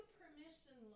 permission